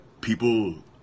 people